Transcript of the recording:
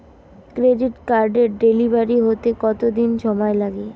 Credit কার্ডের delivery হতে কতদিন সময় লাগে?